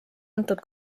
antud